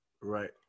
Right